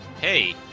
Hey